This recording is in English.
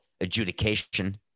adjudication